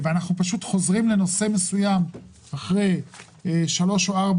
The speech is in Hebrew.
אנחנו חוזרים לנושא מסוים אחרי שלוש או ארבע